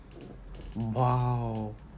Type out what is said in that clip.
!wow!